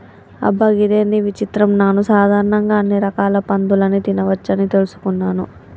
అబ్బ గిదేంది విచిత్రం నాను సాధారణంగా అన్ని రకాల పందులని తినవచ్చని తెలుసుకున్నాను